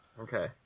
Okay